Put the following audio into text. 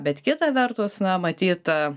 bet kita vertus na matyt